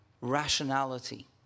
rationality